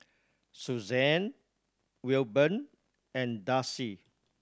Susanne Wilburn and Darcie